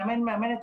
מאמן ומאמנת,